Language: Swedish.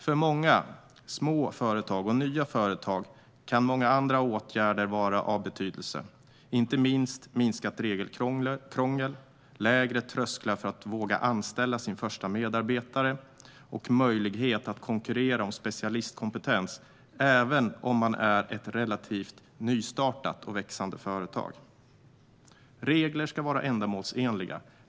För många små företag och nya företag kan andra åtgärder vara av betydelse, inte minst minskat regelkrångel, lägre trösklar för att våga anställa sin första medarbetare och möjlighet att konkurrera om specialistkompetens även om man är ett relativt nystartat och växande företag. Regler ska vara ändamålsenliga.